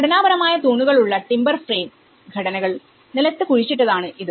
ഘടനാപരമായ തൂണുകളുള്ള ടിമ്പർ ഫ്രെയിംഘടനകൾ നിലത്തു കുഴിച്ചിട്ടതാണ് ഇത്